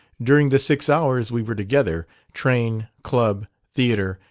during the six hours we were together train, club, theatre,